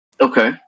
Okay